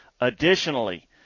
Additionally